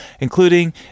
including